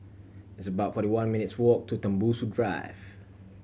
it's about forty one minutes' walk to Tembusu Drive